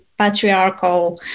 patriarchal